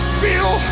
feel